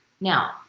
Now